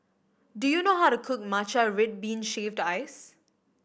do you know how to cook matcha red bean shaved ice